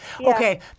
Okay